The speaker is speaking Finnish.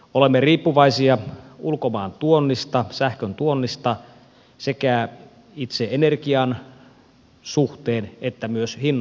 olemme riippuvaisia ulkomaan tuonnista sähköntuonnista sekä itse energian suhteen että myös hinnan suhteen